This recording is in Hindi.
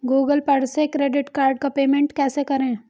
गूगल पर से क्रेडिट कार्ड का पेमेंट कैसे करें?